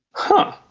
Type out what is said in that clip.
huh.